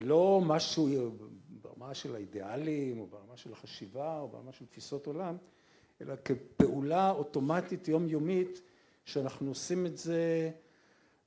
לא משהו ברמה של האידיאלים או ברמה של החשיבה או ברמה של תפיסות עולם אלא כפעולה אוטומטית יומיומית שאנחנו עושים את זה